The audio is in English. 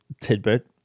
tidbit